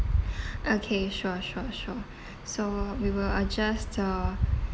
okay sure sure sure so we will adjust the